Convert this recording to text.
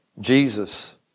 Jesus